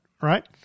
right